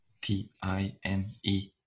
t-i-m-e